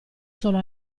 solo